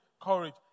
courage